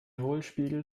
hohlspiegel